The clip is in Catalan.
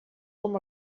com